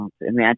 Imagine